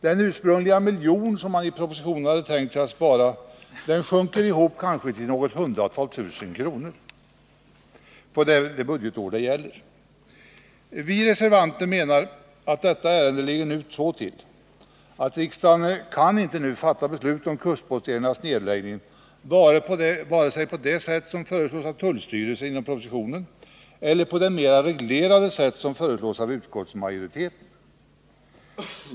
Den ursprungliga miljon som man i propositionen hade tänkt sig att spara sjunker ihop till något hundratal tusen kronor på det budgetår det gäller. Vi reservanter menar att som detta ärende nu ligger till, så skall riksdagen inte fatta beslut om kustposteringarnas nedläggning, vare sig på det sätt som föreslås av tullstyrelsen genom propositionen eller på det mera reglerade sätt som föreslås av utskottsmajoriteten.